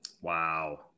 Wow